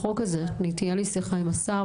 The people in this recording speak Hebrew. תהיה לי שיחה עם השר,